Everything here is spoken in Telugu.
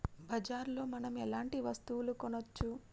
బజార్ లో మనం ఎలాంటి వస్తువులు కొనచ్చు?